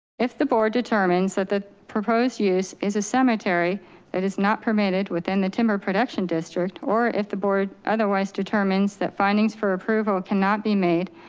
if the board determines that the proposed use is a cemetery that is not permitted within the timber production district, or if the board otherwise determines that findings for approval can not be made,